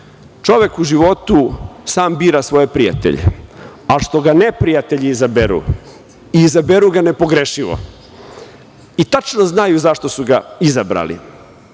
Čovek u životu sam bira svoje prijatelje, a što ga neprijatelji izaberu, izaberu ga nepogrešivo, i tačno znaju zašto su ga izabrali.